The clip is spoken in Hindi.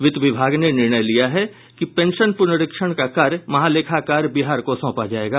वित्त विभाग ने निर्णय लिया है कि पेंशन पुनरीक्षण का कार्य महालेखाकार बिहार को सौंपा जायेगा